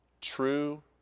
true